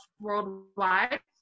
worldwide